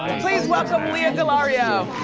please welcome lea delaria.